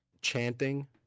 chanting